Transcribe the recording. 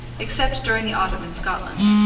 except during the autumn in scotland.